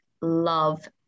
love